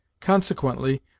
Consequently